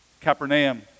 Capernaum